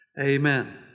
Amen